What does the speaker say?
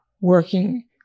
working